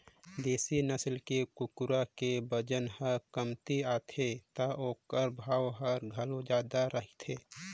देसी नसल के कुकरा के बजन ह कमती आथे त ओखर भाव ह घलोक जादा रहिथे